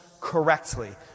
correctly